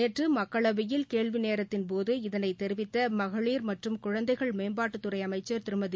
நேற்று மக்களவையில் கேள்வி நேரத்தின் போது இதனை தெரிவித்த மகளிா மற்றும் குழந்தைகள் மேம்பாட்டுத்துறை அமைச்சர் திருமதி